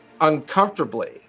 uncomfortably